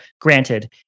granted